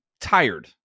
tired